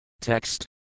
Text